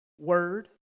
word